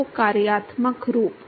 तो कार्यात्मक रूप